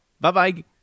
Bye-bye